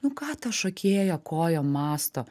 nu ką ta šokėja kojom mąsto